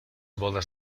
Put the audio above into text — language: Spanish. bodas